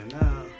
now